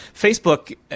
Facebook